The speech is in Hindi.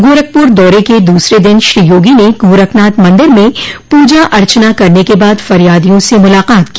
गोरखपुर दौरे के दूसरे दिन श्री योगी ने गोरखनाथ मंदिर में पूजा अर्चना करने के बाद फरियादियों से मुलाकात की